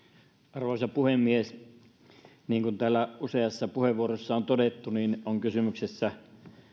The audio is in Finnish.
arvoisa puhemies niin kuin täällä useassa puheenvuorossa on todettu on kysymyksessä